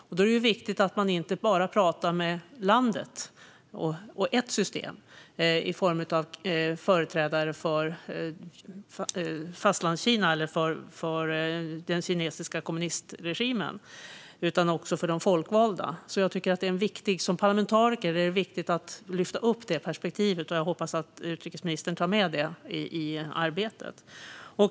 Det är viktigt att inte bara prata med landet - ett system - i form av företrädare för Fastlandskina eller för den kinesiska kommunistregimen, utan man ska också prata med de folkvalda. Som parlamentariker är det viktigt att lyfta upp det perspektivet, och jag hoppas att utrikesministern tar med det i arbetet.